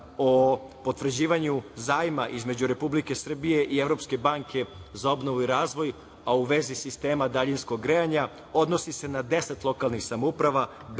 o potvrđivanju zajma između Republike Srbije i Evropske banke za obnovu i razvoj, a u vezi sistema daljinskog grejanja. Odnosi se na 10 lokalnih samouprava: